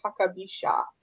Takabisha